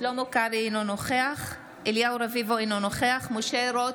אינו נוכח אליהו רביבו, אינו נוכח משה רוט,